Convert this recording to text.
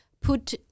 put